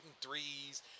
threes